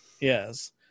yes